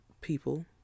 people